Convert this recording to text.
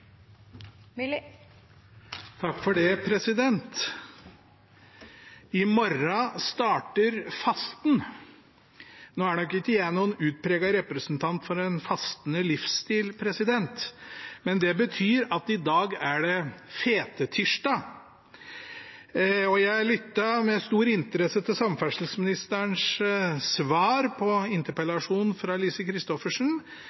er planlagt i 2020–2021? I morgen starter fasten. Nå er nok ikke jeg noen utpreget representant for en fastende livsstil, men det betyr at det i dag er «fetetirsdag». Jeg lyttet med stor interesse til samferdselsministerens svar på